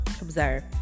Observe